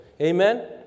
Amen